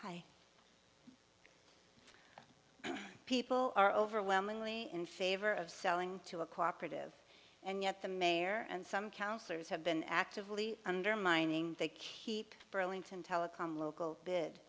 high people are overwhelmingly in favor of selling to a cooperative and yet the mayor and some councillors have been actively undermining they keep burlington telecom local